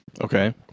Okay